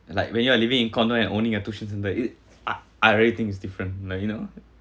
like when you are living in condo and owning a tuition center it I I really think it's different like you know